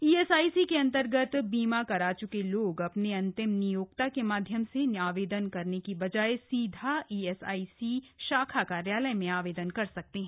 ESIC के अंतर्गत बीमा करा चुके लोग अपने अंतिम नियोक्ता के माध्यम से आवेदन करने की बजाय सीधा ईएसआईसी शाखा कार्यालय में आवेदन कर सकते हैं